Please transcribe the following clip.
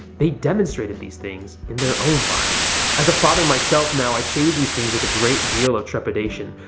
they demonstrated these things in their own lives. as a father myself now, i say these things with a great deal of trepidation,